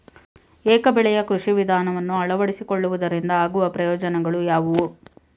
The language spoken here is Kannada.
ಏಕ ಬೆಳೆಯ ಕೃಷಿ ವಿಧಾನವನ್ನು ಅಳವಡಿಸಿಕೊಳ್ಳುವುದರಿಂದ ಆಗುವ ಪ್ರಯೋಜನಗಳು ಯಾವುವು?